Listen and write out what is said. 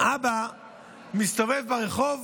האבא מסתובב ברחוב